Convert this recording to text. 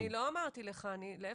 אני לא אמרתי לך, להיפך.